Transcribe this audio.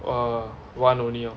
err one only lor